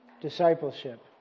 discipleship